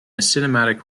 cinematic